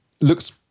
looks